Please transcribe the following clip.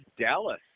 Dallas